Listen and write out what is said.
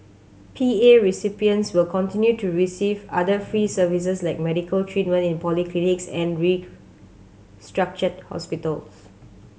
P A recipients will continue to receive other free services like medical treatment in polyclinics and restructured hospitals